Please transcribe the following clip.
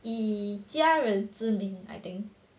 以家人之名 I think